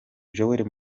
joel